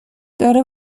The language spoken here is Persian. داره